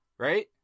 Right